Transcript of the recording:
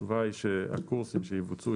התשובה היא שהקורסים שיבוצעו ,